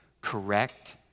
correct